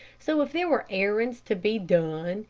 so if there were errands to be done,